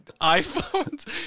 iPhones